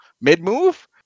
mid-move